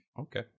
okay